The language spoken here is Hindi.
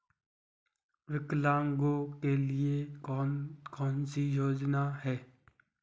विकलांगों के लिए कौन कौनसी योजना है?